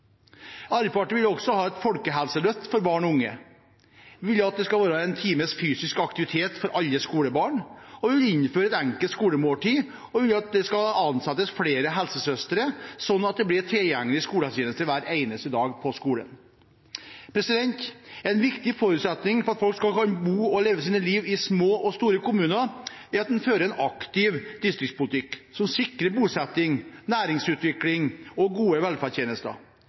Arbeiderpartiet vil også ha et folkehelseløft for barn og unge. Vi vil at det skal være en times fysisk aktivitet for alle skolebarn, vi vil innføre et enkelt skolemåltid, og vi vil at det skal ansettes flere helsesøstre, slik at det blir tilgjengelig skolehelsetjeneste hver eneste dag på skolen. En viktig forutsetning for at folk skal kunne bo og leve sine liv i små og store kommuner, er at en fører en aktiv distriktspolitikk som sikrer bosetting, næringsutvikling og gode velferdstjenester.